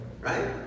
right